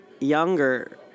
younger